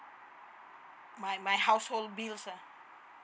my my household bills lah